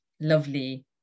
lovely